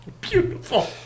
Beautiful